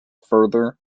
further